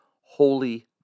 holy